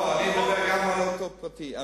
לא, מדובר על אוטו פרטי.